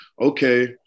okay